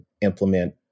implement